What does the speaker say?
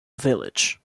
village